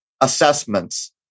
assessments